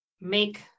make